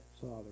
Father